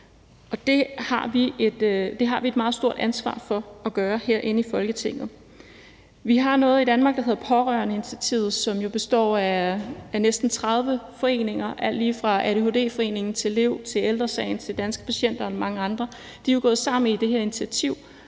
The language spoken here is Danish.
Det har vi et meget stort ansvar for at gøre herinde i Folketinget. Vi har noget i Danmark, der hedder Pårørendeinitiativet, som jo består af næsten 30 foreninger, og det er alt lige fra ADHD-foreningen, LEV, Ældre Sagen, Danske Patienter og mange andre. De er jo gået sammen i det her initiativ,